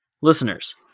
listeners